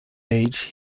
age